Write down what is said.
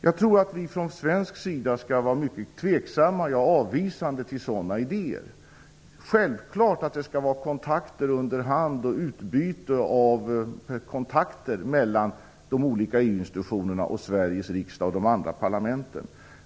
Jag tror att vi i Sverige skall vara mycket tveksamma, och t.o.m. avvisande, till sådana idéer. Det skall självfallet vara kontakter och utbyte under hand mellan de olika EU-institutionerna, Sveriges riksdag och de andra parlamenten.